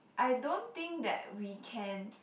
I don't think that we can